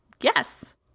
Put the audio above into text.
Yes